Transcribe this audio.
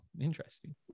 interesting